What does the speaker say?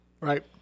Right